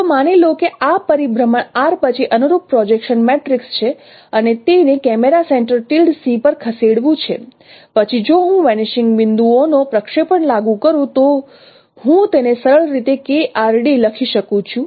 તો માની લો કે આ પરિભ્રમણ R પછી અનુરૂપ પ્રોજેકશન મેટ્રિક્સ છે અને તેને કેમેરા સેન્ટર પર ખસેડવું છે પછી જો હું વેનીશિંગ બિંદુઓનો પ્રક્ષેપણ લાગુ કરું તો હું તેને સરળ રીતે KRd લખી શકું છું